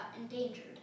endangered